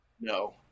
No